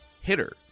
hitter